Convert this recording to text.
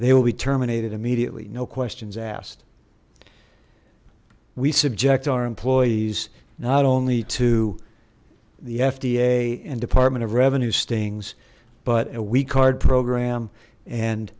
they will be terminated immediately no questions asked we subject our employees not only to the fda and department of revenue stings but a we card program and